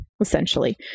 Essentially